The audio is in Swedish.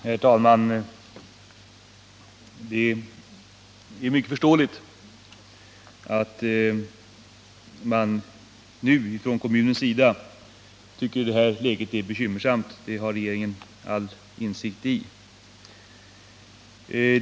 Herr talman! Det är mycket förståeligt att man från kommunens sida nu tycker att läget är bekymmersamt — det har regeringen all insikt i.